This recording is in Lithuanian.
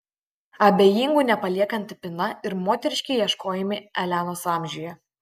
abejingų nepaliekanti pina ir moteriški ieškojimai elenos amžiuje